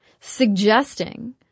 suggesting